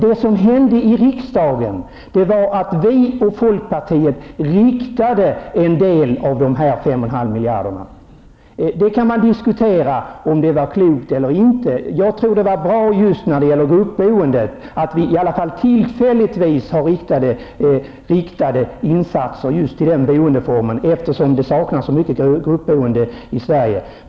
Det som hände i riksdagen var att vi socialdemokrater och folkpartiet så att säga riktade en del av dessa 5,5 miljarder. Man kan diskutera om det var klokt eller inte. Jag tror att det var bra just när det gäller gruppboendet att vi åtminstone tillfälligt gjorde riktade insatser när det gäller den boendeformen, eftersom det saknas så mycket gruppboende i Sverige.